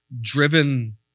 driven